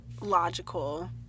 logical